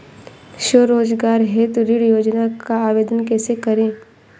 स्वरोजगार हेतु ऋण योजना का आवेदन कैसे करें?